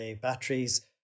batteries